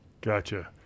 Gotcha